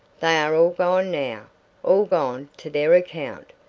they are all gone now all gone to their account.